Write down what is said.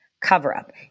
cover-up